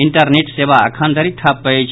internet सेवा अखन धरि ठप्प अछि